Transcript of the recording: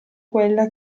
quella